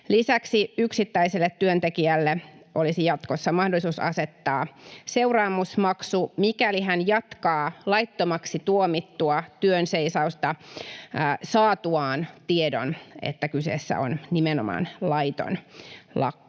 Lisäksi yksittäiselle työntekijälle olisi jatkossa mahdollisuus asettaa seuraamusmaksu, mikäli hän jatkaa laittomaksi tuomittua työnseisausta saatuaan tiedon, että kyseessä on nimenomaan laiton lakko.